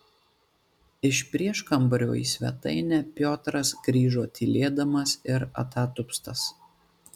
iš prieškambario į svetainę piotras grįžo tylėdamas ir atatupstas